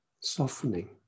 Softening